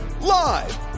Live